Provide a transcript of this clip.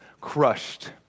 crushed